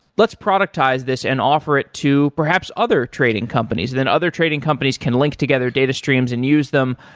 let's productize this and offer it to, perhaps, other trading companies. then other trading companies can link together data streams and use them,